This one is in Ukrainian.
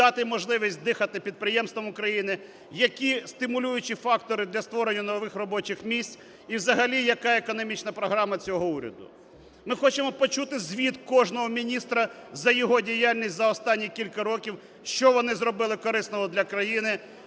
дати можливість дихати підприємствам України, які стимулюючі фактори для створення нових робочих місць, і взагалі яка економічна програма цього уряду. Ми хочемо почути звіт кожного міністра за його діяльність за останні кілька років, що вони зробили корисного для країни,